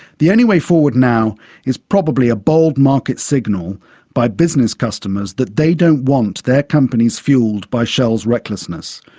the only way forward now is probably a bold market signal by business customers that they don't want their companies fuelled by shell's recklessness.